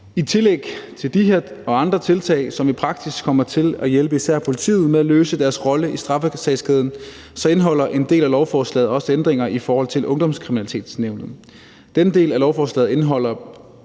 I tillæg til de her og andre tiltag, som i praksis kommer til at hjælpe især politiet i forbindelse med deres rolle i straffesagskæden, indeholder en del af lovforslaget også ændringer i forhold til ungdomskriminalitetsnævnet. Denne del af lovforslaget indeholder